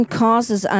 causes